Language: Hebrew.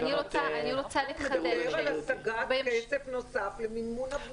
הוא מדבר על השגת כסף נוסף למימון הבנייה.